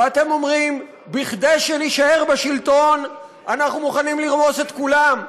ואתם אומרים: כדי שנישאר בשלטון אנחנו מוכנים לרמוס את כולם,